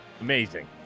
Amazing